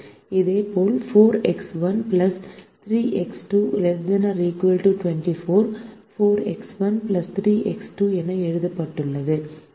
இதேபோல் 4X1 3X2 ≤ 24 4X1 3X2 என எழுதப்பட்டுள்ளது